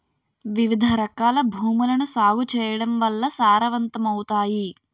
వివిధరకాల భూములను సాగు చేయడం వల్ల సారవంతమవుతాయి